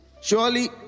Surely